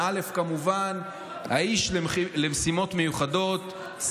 האיש למשימות מיוחדות,